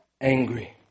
angry